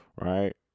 Right